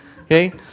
Okay